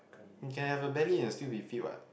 you can have a belly and still be fit what